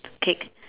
cake